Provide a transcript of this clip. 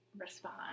respond